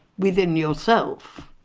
within yourself,